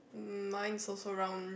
mm mine's also round